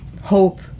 hope